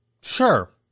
Sure